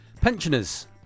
pensioners